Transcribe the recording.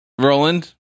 Roland